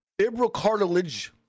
Fibrocartilage